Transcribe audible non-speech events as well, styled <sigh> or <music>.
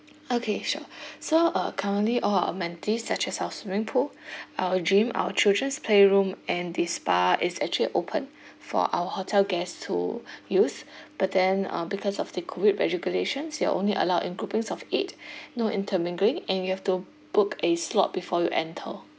okay sure so uh currently all our amenities such as our swimming pool our gym our children's playroom and the spa is actually open for our hotel guests to use but then uh because of the COVID regulations you are only allowed in groupings of eight <breath> no intermingling and you have to book a slot before you enter